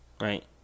right